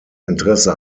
interesse